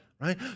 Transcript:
right